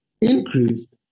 increased